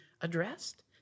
addressed